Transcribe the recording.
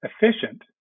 efficient